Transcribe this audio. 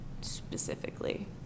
specifically